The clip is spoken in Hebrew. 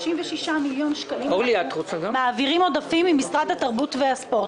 של 36 מיליון שקלים ממשרד התרבות והספורט,